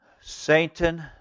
Satan